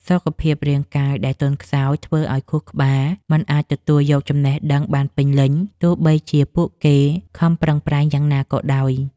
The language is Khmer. សុខភាពរាងកាយដែលទន់ខ្សោយ ធ្វើឱ្យខួរក្បាលមិនអាចទទួលយកចំណេះដឹងបានពេញលេញ ទោះបីជាពួកគេខំប្រឹងប្រែងយ៉ាងណាក៏ដោយ។